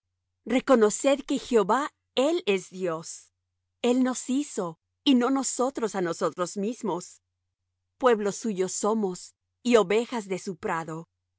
reconoced que jehová él es dios el nos hizo y no nosotros á nosotros mismos pueblo suyo somos y ovejas de su prado